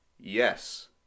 Yes